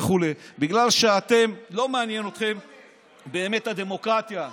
וכו', בגלל שלא מעניינת אתכם הדמוקרטיה באמת.